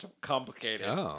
complicated